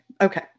Okay